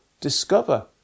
discover